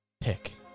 Pick